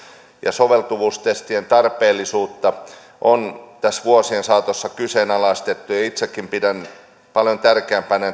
soveltuvuustestien tarpeellisuutta on tässä vuosien saatossa kyseenalaistettu ja itsekin pidän paljon tärkeämpänä